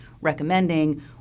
recommending